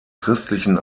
christlichen